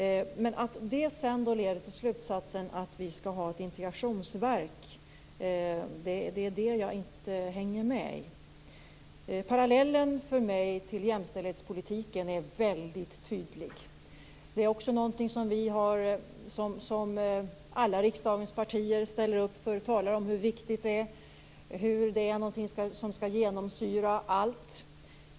Men att det sedan leder till slutsatsen att vi skall ha ett integrationsverk hänger jag inte med i. Parallellen till jämställdhetspolitiken är för mig väldigt tydlig. Denna är också något som alla riksdagens partier ställer upp för, talar om hur viktig den är och hur den skall genomsyra allt.